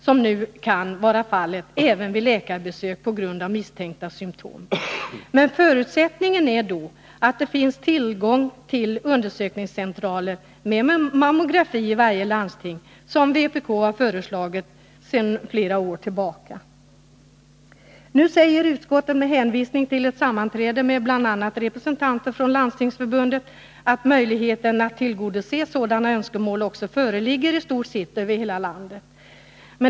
Det kan nu vara fallet även vid läkarbesök på grund av misstänkta symtom. Men förutsättningen är då att det finns tillgång till undersökningscentraler med mammografi i varje landsting, något som vpk har föreslagit sedan flera år tillbaka. Nu säger utskottet med hänvisning till ett sammanträde med bl.a. representanter för Landstingsförbundet att möjligheten att tillgodose sådana önskemål också föreligger i stort sett över hela landet.